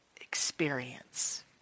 experience